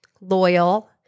loyal